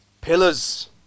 pillars